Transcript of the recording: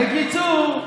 בקיצור,